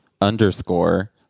underscore